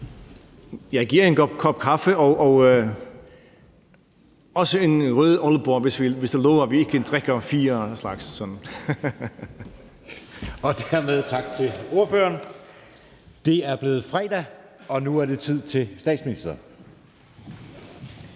Jeg giver en kop kaffe og også en Rød Aalborg, hvis du lover, at vi ikke drikker fire af den slags. Kl. 00:06 Anden næstformand (Jeppe Søe): Dermed tak til ordføreren. Det er blevet fredag, og nu er det tid til statsministeren.